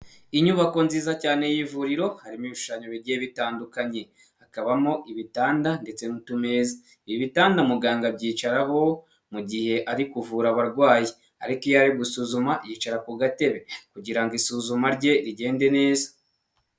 Inyubako nziza cyane y'ivuriro harimo ibishushanyo bigiye bitandukanye, hakabamo ibitanda ndetse n'utumeza, ibi bitanda muganga abyicaraho mu gihe ari kuvura abarwayi, ariko iyo ari gusuzuma yicara ku gatere kugira ngo isuzuma rye rigende neza.